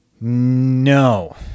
No